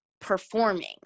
performing